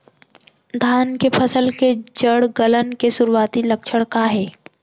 धान के फसल के जड़ गलन के शुरुआती लक्षण का हे?